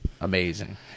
amazing